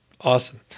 Awesome